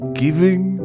giving